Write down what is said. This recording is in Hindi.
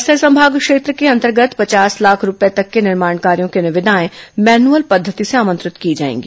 बस्तर संभाग क्षेत्र के अंतर्गत पचास लाख रूपये तक के निर्माण कार्यो की निविदाएं मैनुअल पद्धति से आमंत्रित की जाएगी